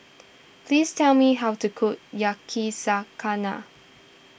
please tell me how to cook Yakizakana